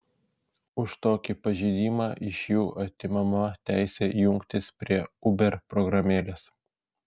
už tokį pažeidimą iš jų atimama teisė jungtis prie uber programėlės